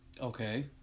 Okay